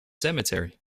cemetery